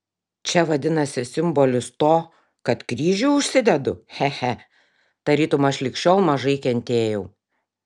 čia vadinasi simbolis to kad kryžių užsidedu che che tarytum aš lig šiol mažai kentėjau